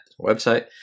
website